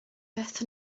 beth